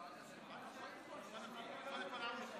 קובע כי הצעת החוק התקבלה בקריאה הראשונה,